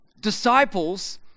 Disciples